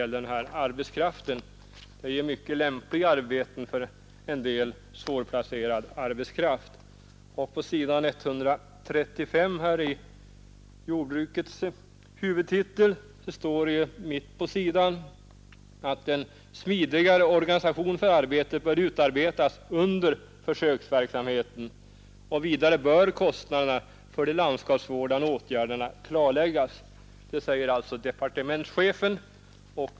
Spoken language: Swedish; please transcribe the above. Verksamheten ger mycket lämpliga arbeten för en del svårplacerad arbetskraft. På s. 135 i jordbruksdepartementets huvudtitel framhålls, att en smidigare organisation för arbetet bör utarbetas under försöksverksamheten. Vidare bör kostnaderna för de landskapsvårdande åtgärderna klarläggas. Det säger alltså departementschefen.